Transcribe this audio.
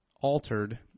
altered